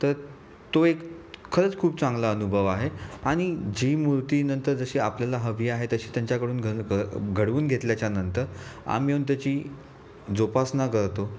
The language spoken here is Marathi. तर तो एक खरंच खूप चांगला अनुभव आहे आणि जी मूर्ती नंतर जशी आपल्याला हवी आहे तशी त्यांच्याकडून घड घडवून घेतल्याच्या नंतर आम्ही त्याची जोपासना करतो